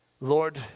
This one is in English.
Lord